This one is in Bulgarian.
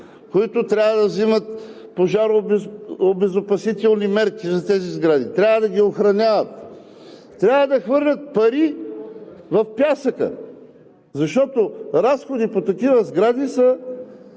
които трябва да взимат пожарообезопасителни мерки за тези сгради, трябва да ги охраняват, трябва да хвърлят пари в пясъка, защото разходите по такива сгради са